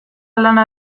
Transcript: lana